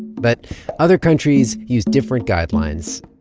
but other countries use different guidelines,